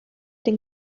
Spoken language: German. den